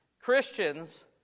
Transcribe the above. Christians